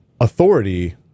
authority